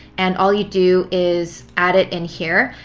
and all you do is add it in here.